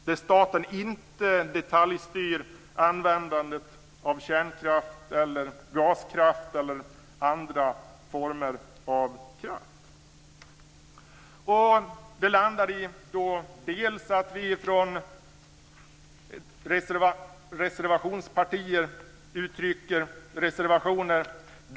Där ska staten inte detaljstyra användandet av kärnkraft, gaskraft eller andra former av kraft. Det här landar då i att vi från reservationspartierna uttrycker reservationer.